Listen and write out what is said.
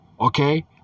Okay